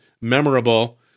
memorable